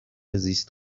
زیست